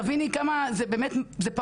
תביני כמה זה פעוט.